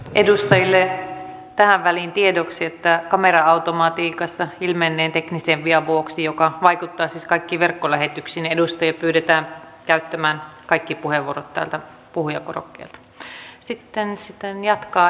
edustajille tähän väliin tiedoksi että kamera automatiikassa ilmenneen teknisen vian vuoksi joka vaikuttaa siis kaikkiin verkkolähetyksiin edustajia pyydetään käyttämään kaikki puheenvuorot täältä puhujakorokkeelta